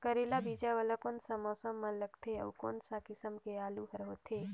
करेला बीजा वाला कोन सा मौसम म लगथे अउ कोन सा किसम के आलू हर होथे?